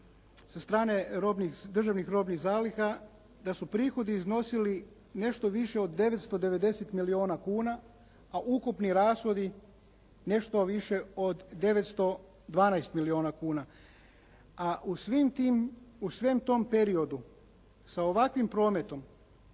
sa strane državnih robnih zaliha, da su prihodi iznosili nešto više od 990 milijuna kuna a ukupni rashodi nešto više od 912 milijuna kuna. A u svem tom periodu sa ovakvim prometom